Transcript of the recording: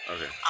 Okay